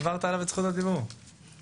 ועל ההזדמנות להשתתף בדיון החשוב הזה.